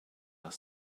are